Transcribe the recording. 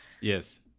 Yes